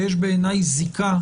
יש בעיניי זיקה